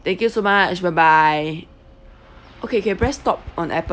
thank you so much bye bye okay can press stop on appen